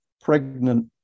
pregnant